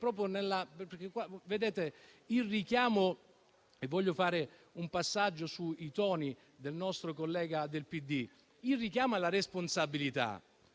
il lascito ricevuto. Voglio fare un passaggio sui toni del nostro collega del PD e sul richiamo alla responsabilità.